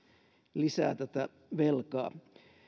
lisää tätä velkaa